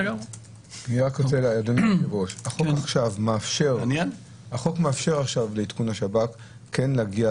החוק עכשיו מאפשר לשב"כ כן להגיע